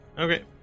Okay